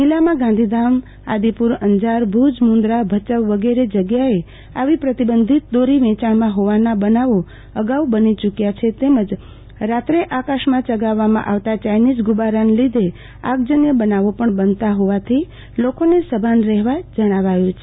જિલ્લામાં ગાંધીધામઆદિપુ રઅંજારભુજ મું દરાભયાઉ વગેરે જગ્યાએ આવી પ્રતિબંધિત દોરી વેંચાણમાં હોવાના બનાવો અગાઉ બની યુક્યા છે તેમજ રાત્રે આકાશમાં ચગાવવામાં આવતા યાઈનીઝ ગુબ્બારાના લીધે આગજન્ય બનાવો પણ બનતા હોવાથી લોકોને સભાન રહેવા જણાવાયુ છે